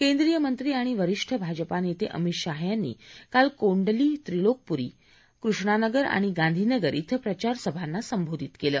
केन्द्रीय मंत्री आणि वरिष्ठ भाजपा नेते अमित शाह यांनी काल कोंडली त्रिलोकपुरी कृष्णानगर आणि गांधीनगर इथं प्रचारसभांना संबोधित केलं